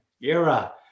era